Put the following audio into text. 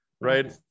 right